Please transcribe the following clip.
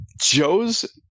Joe's